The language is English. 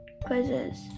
Quizzes